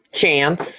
chance